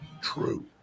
true